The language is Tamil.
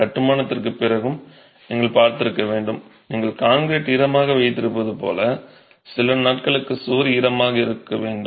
கட்டுமானத்திற்குப் பிறகு நீங்கள் பார்த்திருக்க வேண்டும் நீங்கள் கான்கிரீட் ஈரமாக வைத்திருப்பது போல் சில நாட்களுக்கு சுவர் ஈரமாக இருக்க வேண்டும்